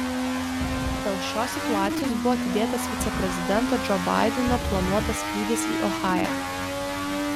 dėl šios situacijos buvo atidėtas viceprezidento džo baideno planuotas skrydis į ohają